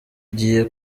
igiye